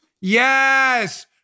Yes